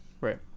right